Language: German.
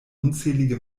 unzählige